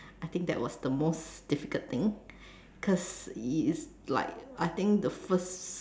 I think that was the most difficult thing cause you like I think the first